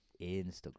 Instagram